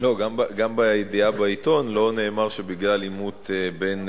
גם בידיעה בעיתון לא נאמר שבגלל עימות בין